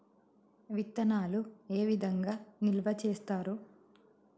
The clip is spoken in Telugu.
విత్తనాలు ఏ విధంగా నిల్వ చేస్తారు?